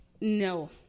No